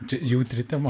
tai jautri tema